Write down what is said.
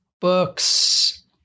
books